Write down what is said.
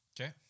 Okay